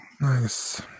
Nice